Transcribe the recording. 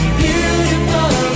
beautiful